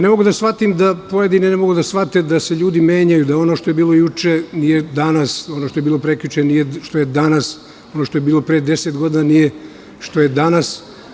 Ne mogu da shvatim da pojedini ne mogu da shvate da se ljudi menjaju i da ono što je bilo juče nije danas, ono što je bilo prekjuče, što je danas, ono što je bilo pre 10 godina nije što je danas.